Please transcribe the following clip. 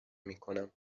میکنم